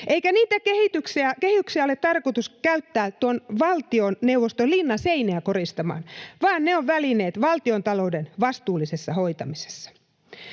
eikä niitä kehyksiä ole tarkoitus käyttää Valtioneuvoston linnan seiniä koristamaan, vaan ne ovat välineet valtiontalouden vastuullisessa hoitamisessa.